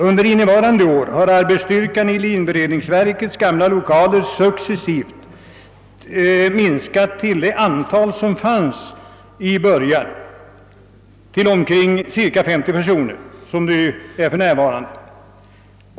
Under innevarande år har arbetsstyrkan i linberedningsverkets gamla lokaler successivt minskat till det antal som fanns från början, alltså 50 personer.